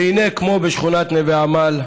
והינה, כמו בשכונת נווה עמל,